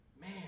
Man